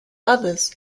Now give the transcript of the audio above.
others